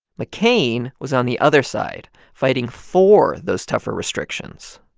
mccain was on the other side, fighting for those tougher restrictions.